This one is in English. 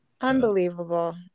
Unbelievable